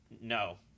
No